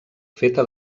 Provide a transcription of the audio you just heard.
feta